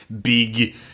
big